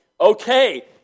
okay